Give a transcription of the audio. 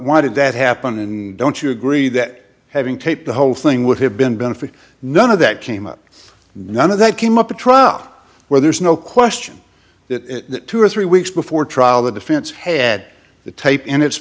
why did that happen and don't you agree that having taped the whole thing would have been benefit none of that came up none of that came up a truck where there's no question that two or three weeks before trial the defense had the tape in it